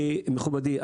מכובדי,